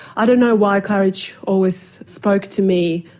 i don't know why courage always spoke to me,